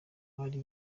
abari